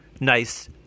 nice